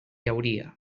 hauria